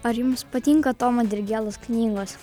ar jums patinka tomo dirgėlos knygos